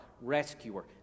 Rescuer